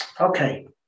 Okay